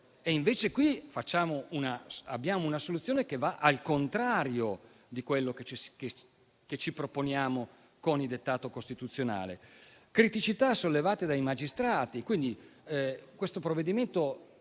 Invece, qui abbiamo una soluzione che va in senso contrario di quello che ci proponiamo con il dettato costituzionale, con criticità sollevate dai magistrati. Quindi, questo provvedimento